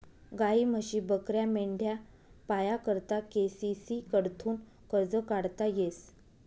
गायी, म्हशी, बकऱ्या, मेंढ्या पाया करता के.सी.सी कडथून कर्ज काढता येस